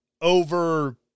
over